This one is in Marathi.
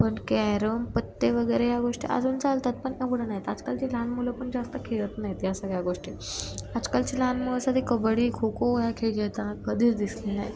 पण कॅरम पत्ते वगैरे या गोष्टी अजून चालतात पण एवढं नाहीत आजकालची लहान मुलं पण जास्त खेळत नाहीत या सगळ्या गोष्टी आजकालची लहान मुलं सगळी कबड्डी खो खो हा खेळ खेळताना कधीच दिसले नाही